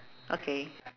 okay